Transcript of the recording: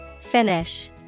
Finish